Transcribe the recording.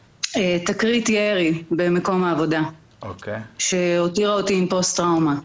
תקרית ירי במקום העבודה שהותירה אותי עם פוסט טראומה.